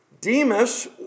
Demas